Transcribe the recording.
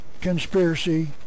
conspiracy